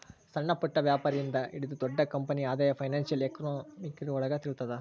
ಸಣ್ಣಪುಟ್ಟ ವ್ಯಾಪಾರಿ ಇಂದ ಹಿಡಿದು ದೊಡ್ಡ ಕಂಪನಿ ಆದಾಯ ಫೈನಾನ್ಶಿಯಲ್ ಎಕನಾಮಿಕ್ರೊಳಗ ತಿಳಿತದ